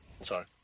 sorry